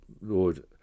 lord